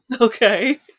Okay